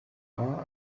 war